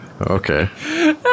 Okay